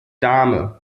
dame